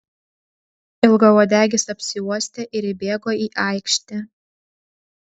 ilgauodegis apsiuostė ir įbėgo į aikštę